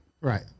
right